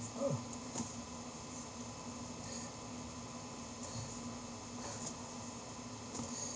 uh